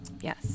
yes